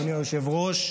אדוני היושב-ראש,